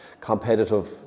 competitive